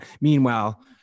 meanwhile